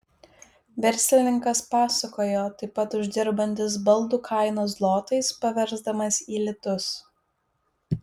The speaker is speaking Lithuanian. verslininkas pasakojo taip pat uždirbantis baldų kainą zlotais paversdamas į litus